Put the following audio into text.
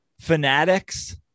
fanatics